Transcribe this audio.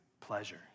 pleasure